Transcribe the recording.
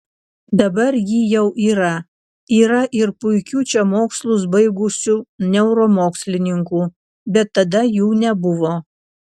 dabar ji jau yra yra ir puikių čia mokslus baigusių neuromokslininkų bet tada jų nebuvo